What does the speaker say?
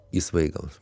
į svaigalus